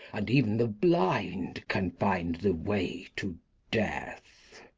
and ev'n the blind can find the way to death.